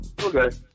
Okay